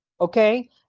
Okay